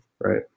right